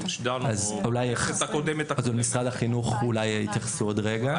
אולי משרד החינוך יתייחסו לזה עוד רגע.